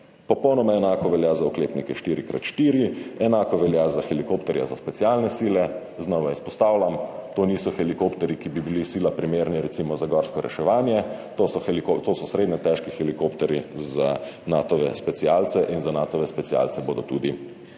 Popolnoma enako velja za oklepnike 4x4, enako velja za helikopterje za specialne sile. Znova izpostavljam, to niso helikopterji, ki bi bili sila primerni recimo za gorsko reševanje, to so srednje težki helikopterji za Natove specialce in za Natove specialce bodo tudi